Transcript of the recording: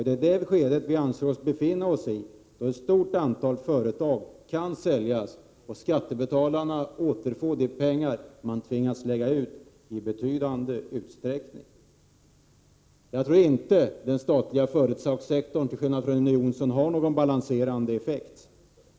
Det är det skedet som vi anser att vi befinner oss i, då ett stort antal företag kan säljas och skattebetalarna återfå de pengar de tvingats lägga ut. Till skillnad från Rune Jonsson tror jag inte att den statliga företagssektorn har någon balanserande effekt.